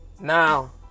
Now